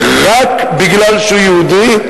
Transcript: רק משום שהוא יהודי,